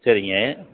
சரிங்க